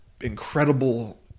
incredible